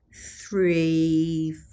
three